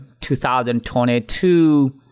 2022